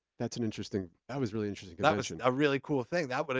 that's an interesting, that was really interesting. that was and a really cool thing, that woulda,